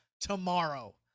tomorrow